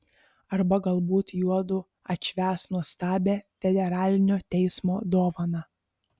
arba galbūt juodu atšvęs nuostabią federalinio teismo dovaną